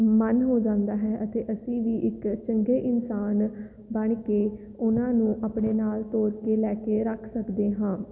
ਮਨ ਹੋ ਜਾਂਦਾ ਹੈ ਅਤੇ ਅਸੀਂ ਵੀ ਇੱਕ ਚੰਗੇ ਇਨਸਾਨ ਬਣ ਕੇ ਉਹਨਾਂ ਨੂੰ ਆਪਣੇ ਨਾਲ ਜੋੜ ਕੇ ਲੈ ਕੇ ਰੱਖ ਸਕਦੇ ਹਾਂ